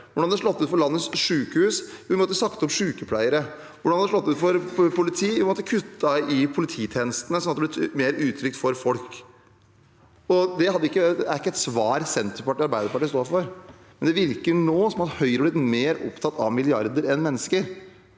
Hvordan hadde det slått ut for landets sykehus? – Vi måtte ha sagt opp sykepleiere. Hvordan hadde det slått ut for politiet? – Vi måtte ha kuttet i polititjenestene, og sånn hadde det blitt mer utrygt for folk. Det er ikke et svar Senterpartiet og Arbeiderpartiet står for. Det virker nå som at Høyre har blitt mer opptatt av milliarder enn av mennesker.